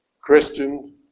Christian